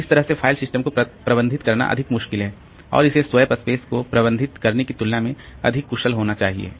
तो इस तरह से फ़ाइल सिस्टम को प्रबंधित करना अधिक मुश्किल है और इसे स्वैप स्पेस को प्रबंधित करने की तुलना में अधिक कुशल होना चाहिए